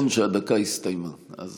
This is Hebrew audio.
במכת"זיות, קח בחשבון שהדקה הסתיימה, אז